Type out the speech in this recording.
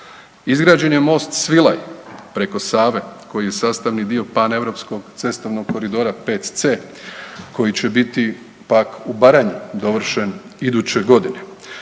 Izgrađen je most Svilaj preko Save koji je sastavni dio paneuropskog cestovnog koridora VC koji će biti pak u Baranji dovršen iduće godine.